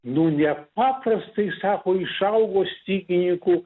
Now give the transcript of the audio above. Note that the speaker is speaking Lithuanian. nu nepaprastai sako išaugo stygininkų